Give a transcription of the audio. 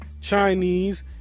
Chinese